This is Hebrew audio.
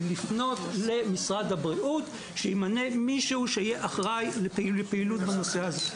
היא לפנות למשרד הבריאות שימנה מישהו שיהיה אחראי לפעילות בנושא הזה.